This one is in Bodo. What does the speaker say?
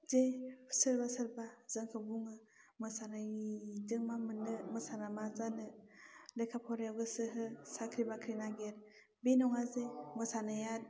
जे सोरबा सोरबा जोंखौ मोसानायनिजों मा मोननो मोसाना मा जानो लेखा फरायाव गोसो हो साख्रि बाख्रि नागिर बे नङा जे मोसानाया